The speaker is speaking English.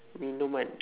minuman